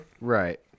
Right